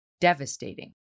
devastating